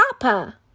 Papa